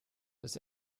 das